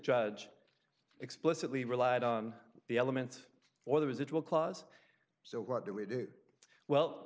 judge explicitly relied on the element or the residual clause so what do we do well